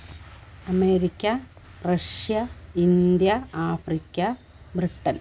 America Russia India Africa Britain